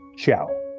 Ciao